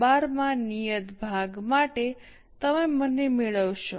12 માં નિયત ભાગ માટે તમે મને મેળવશો